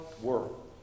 world